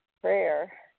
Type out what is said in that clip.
prayer